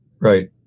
Right